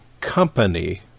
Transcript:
company